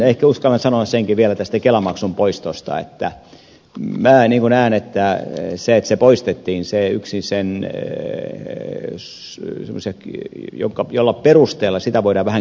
ehkä uskallan sanoa senkin vielä tästä kelamaksun poistosta että minä näen että yksin sitä jolla perusteella se poistettiin voidaan vähän kyseenalaistaa